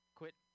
quit